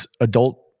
adult